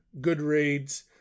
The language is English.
goodreads